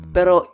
Pero